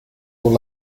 con